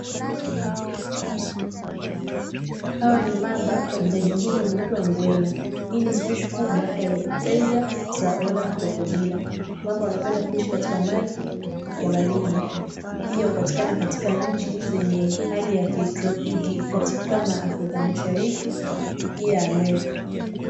Hawa ni mamba kwa jina jingine huitwa ngwena ni spishi kubwa ya reputilia za oda krokodila, mamba wanapenda kuishi katika maji ya baridi, pia hupatikana katika nchi zenye hali ya kitropiki kama afrika mashariki pia amerika.